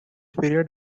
period